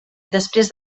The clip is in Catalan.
després